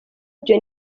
byo